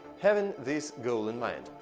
having this goal in mind.